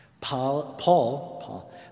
Paul